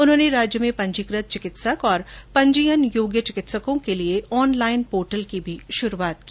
उन्होने राज्य में पंजीकृत चिकित्सक और पंजीयन योग्य चिकित्सकों के लिये ऑनलाइन पोर्टल की भी शुरूआत की